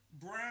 brown